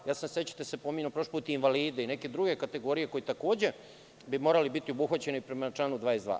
Ja sam, sećate se, prošli put pominjao invalide i neke druge kategorije koji bi takođe morali biti obuhvaćeni prema članu 22.